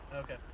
ok.